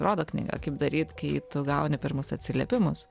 rodo knyga kaip daryt kai tu gauni pirmus atsiliepimus